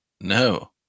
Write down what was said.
No